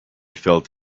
felt